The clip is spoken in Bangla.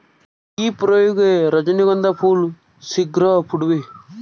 কি প্রয়োগে রজনীগন্ধা ফুল শিঘ্র ফুটবে?